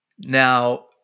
Now